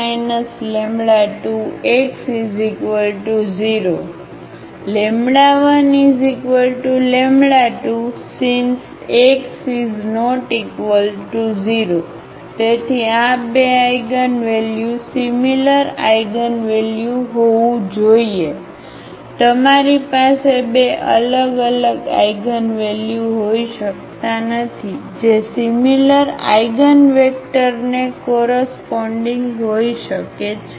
Ax1xAx2x 1x2x 1 2x0 12 since x≠0 તેથી આ બે આઇગનવલ્યુ સિમિલર આઇગનવેલ્યુ હોવું જોઈએ તમારી પાસે 2 અલગ આઇગનવેલ્યુ હોઈ શકતા નથી જે સિમિલર આઇગનવેક્ટરને કોરસપોન્ડીગ હોઈ શકે છે